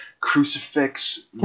crucifix